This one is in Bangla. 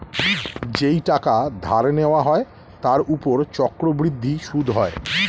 যেই টাকা ধার নেওয়া হয় তার উপর চক্রবৃদ্ধি সুদ হয়